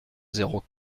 zéro